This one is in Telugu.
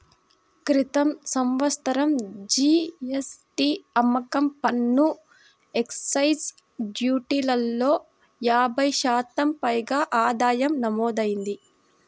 క్రితం సంవత్సరం జీ.ఎస్.టీ, అమ్మకం పన్ను, ఎక్సైజ్ డ్యూటీలలో యాభై శాతం పైగా ఆదాయం నమోదయ్యింది